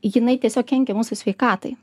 jinai tiesiog kenkia mūsų sveikatai